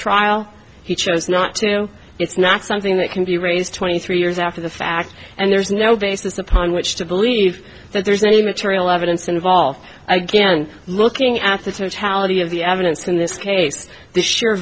trial he chose not to know it's not something that can be raised twenty three years after the fact and there's no basis upon which to believe that there's any material evidence involved again looking at the totality of the evidence in this case the sheer